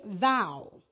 thou